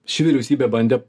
ši vyriausybė bandė